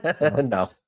No